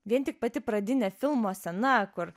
vien tik pati pradinė filmo scena kur